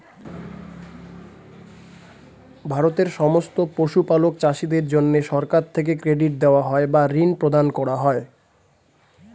ভারতের সমস্ত পশুপালক চাষীদের জন্যে সরকার থেকে ক্রেডিট দেওয়া হয় বা ঋণ প্রদান করা হয়